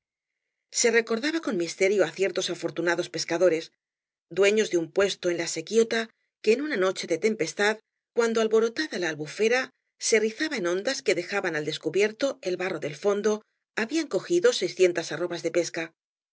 se recordaba con misterio á ciertos afortuna dos pescadores dueños de un puesto en la sequidta que en una noche de tempestad cuando alborotada la albufera ee rizaba en ondas que dejaban al descubierto el barro del fondo habían cogido seíbcientas arrobas de pesca